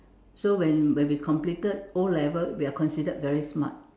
so when when we completed O-level we are considered very smart